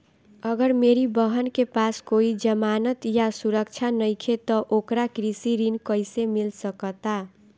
अगर मेरी बहन के पास कोई जमानत या सुरक्षा नईखे त ओकरा कृषि ऋण कईसे मिल सकता?